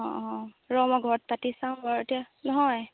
অঁ ৰহ্ মই ঘৰত পাতি চাওঁ বাৰু এতিয়া নহয়